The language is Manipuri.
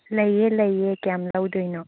ꯂꯩꯌꯦ ꯂꯩꯌꯦ ꯀꯌꯥꯝ ꯂꯧꯗꯣꯏꯅꯣ